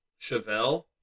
Chevelle